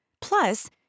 plus